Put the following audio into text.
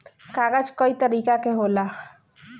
कागज कई तरीका के होला